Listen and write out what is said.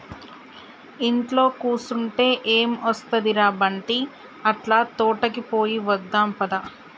ఇంట్లో కుసంటే ఎం ఒస్తది ర బంటీ, అట్లా తోటకి పోయి వద్దాం పద